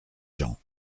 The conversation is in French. gens